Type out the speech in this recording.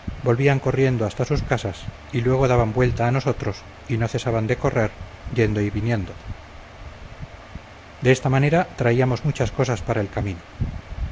volvían corriendo hasta sus casas y luego daban vuelta a nosotros y no cesaban de correr yendo y viniendo de esta manera traíamos muchas cosas para el camino